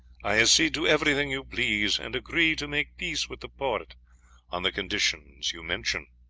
i accede to everything you please, and agree to make peace with the porte on the conditions you mention.